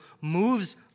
moves